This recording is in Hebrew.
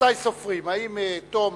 ממתי סופרים, האם מתום